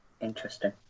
Interesting